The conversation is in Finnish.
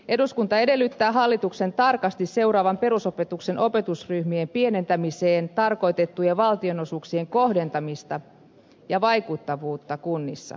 eduskunta edellyttää hallituksen tarkasti seuraavan perusopetuksen opetusryhmien pienentämiseen tarkoitettujen valtionosuuksien kohdentamista ja vaikuttavuutta kunnissa